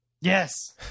Yes